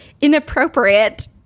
inappropriate